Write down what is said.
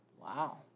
Wow